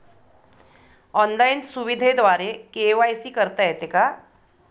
Online सुविधेद्वारे KYC करता येते का?